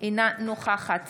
אינה נוכחת